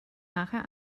nachher